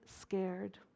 scared